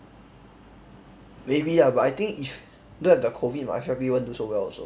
maybe ah but I think if don't have the COVID my F_Y_P won't do so well also